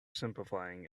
simplifying